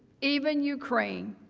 even ukraine,